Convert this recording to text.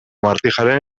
martijaren